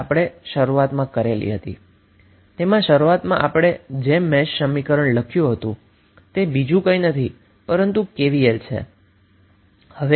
હવે આ તે છે જેનાથી આપણે શરૂઆત કરી હતી તેમાં આપણે મેશ સમીકરણથી શરૂઆત કરી હતી જે બીજું કંઈ નથી પરંતુ KVL છે